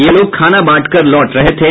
ये लोग खाना बांटकर लौट रहे थे